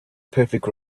perfect